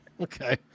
okay